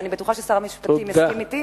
ואני בטוחה ששר המשפטים יסכים אתי.